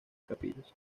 capillas